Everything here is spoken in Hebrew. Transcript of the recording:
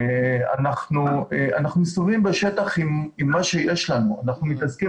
אנחנו מסתובבים בשטח עם מה שיש לנו, אנחנו מתעסקים